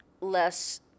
less